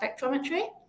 spectrometry